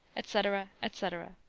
etc, etc.